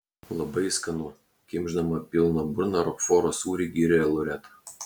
labai skanu kimšdama pilna burna rokforo sūrį gyrė loreta